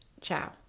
Ciao